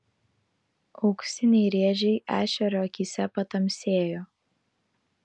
auksiniai rėžiai ešerio akyse patamsėjo